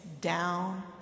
down